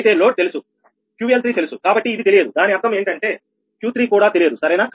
అయితే లోడ్ తెలుసు 𝑄𝐿3 తెలుసుకాబట్టి ఇది తెలియదు దాని అర్థం ఏంటంటే Q3 కూడా తెలియదు సరేనా